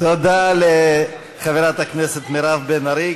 תודה לחברת הכנסת מירב בן ארי,